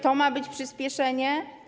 To ma być przyspieszenie?